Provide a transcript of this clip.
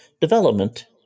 development